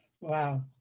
Wow